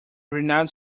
renowned